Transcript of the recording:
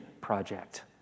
project